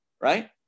right